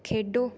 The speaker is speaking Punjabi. ਖੇਡੋ